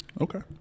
Okay